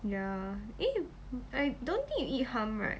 ya eh I don't think you eat hum right